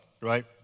right